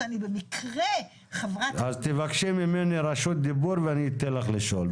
שאני במקרה חברת כנסת -- אז תבקשי ממני רשות דיבור ואני אתן לך לשאול.